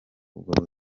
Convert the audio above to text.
ubwo